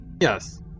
Yes